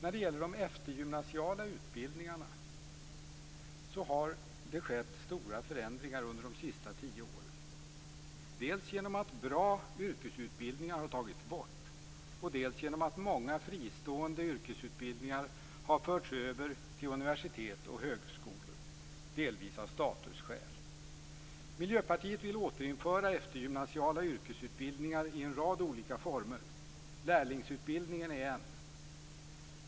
I de eftergymnasiala yrkesutbildningarna har under de senaste tio åren skett stora förändringar dels genom att bra yrkesutbildningar har tagits bort, dels genom att många fristående yrkesutbildningar har förts över till universitet och högskolor, delvis av statusskäl. Miljöpartiet vill återinföra eftergymnasiala yrkesutbildningar i en rad olika former. Lärlingsutbildningen är en.